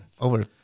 over